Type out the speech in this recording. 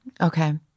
Okay